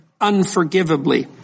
unforgivably